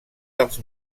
dels